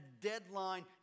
deadline